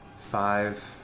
five